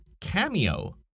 Cameo